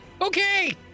Okay